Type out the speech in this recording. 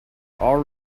all